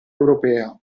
europea